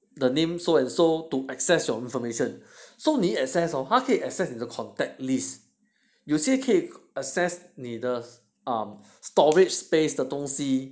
the name so and so to access your information so 你一 access hor 他就可以 access 你的 contact lists 有些可以 access 你的 um storage space 的东西